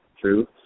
true